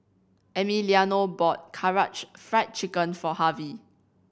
Emiliano bought Karaage Fried Chicken for Harvy